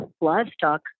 livestock